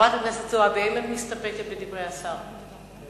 האם את מסתפקת בדברי השר?